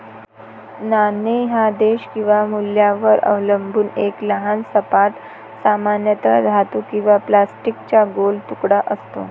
नाणे हा देश किंवा मूल्यावर अवलंबून एक लहान सपाट, सामान्यतः धातू किंवा प्लास्टिकचा गोल तुकडा असतो